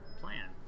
plan